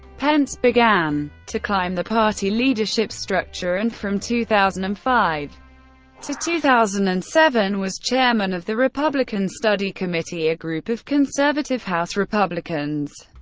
pence began to climb the party leadership structure and from two thousand and five to two thousand and seven was chairman of the republican study committee, a group of conservative house republicans.